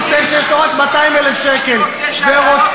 יש רק שתי קרנות ריט,